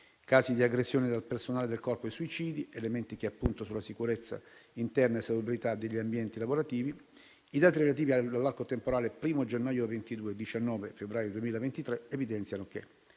casi di aggressione al personale del Corpo e ai suicidi, elementi che incidono sulla sicurezza interna e salubrità degli ambienti lavorativi, i dati relativi all'arco temporale 1° gennaio 2022-19 febbraio 2023, evidenziano che: